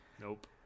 nope